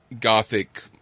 Gothic